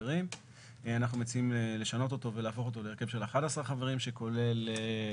אנחנו מציעים שזה יחול גם על פסקה 1 שזה מוגבל.